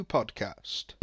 Podcast